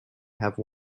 have